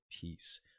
Peace